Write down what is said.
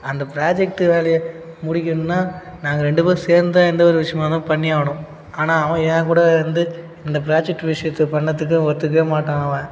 அந்த ப்ராஜெக்ட்டு வேலையை முடிக்கணுன்னா நாங்கள் ரெண்டு பேரும் சேர்ந்து தான் எந்த ஒரு விஷயமா இருந்தாலும் பண்ணி ஆகணும் ஆனால் அவன் என் கூட வந்து இந்த ப்ராஜெக்ட் விஷயத்த பண்ணத்துக்கு ஒத்துக்கவே மாட்டான் அவன்